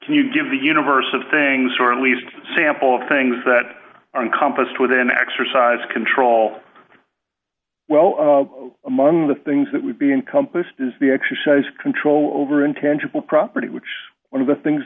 can you give the universe of things or at least sample of things that are in compas within exercise control well among the things that would be encompassed is the exercise control over intangible property which one of the things